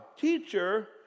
teacher